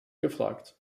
gefragt